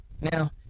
now